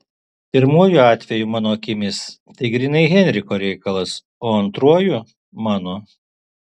pirmuoju atveju mano akimis tai grynai henriko reikalas o antruoju mano